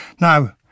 Now